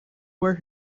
where